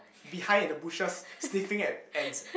behind at the bushes sniffing at ants eh